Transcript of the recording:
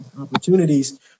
opportunities